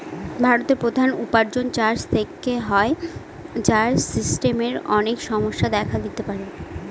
ভারতের প্রধান উপার্জন চাষ থেকে হয়, যার সিস্টেমের অনেক সমস্যা দেখা দিতে পারে